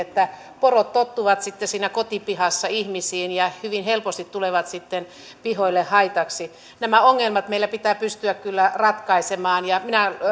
että porot tottuvat siinä kotipihassa ihmisiin ja hyvin helposti tulevat sitten pihoille haitaksi nämä ongelmat meillä pitää pystyä kyllä ratkaisemaan